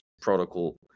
protocol